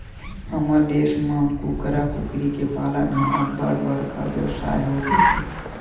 हमर देस म कुकरा, कुकरी के पालन ह अब्बड़ बड़का बेवसाय होगे हे